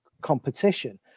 competition